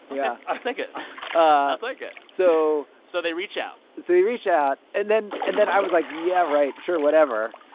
yeah i'll take it. i'll take it so. so they reach out so they reach out. and then and then i was like, yeah, right. sure, whatever.